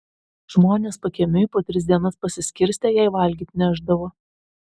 žmonės pakiemiui po tris dienas pasiskirstę jai valgyt nešdavo